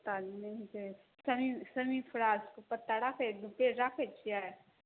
पत्ता ई नहि होयतै शमी शमी परासके पत्ता राखैत धुर पेड़ राखैत छियै